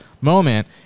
moment